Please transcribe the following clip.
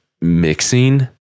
mixing